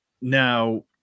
now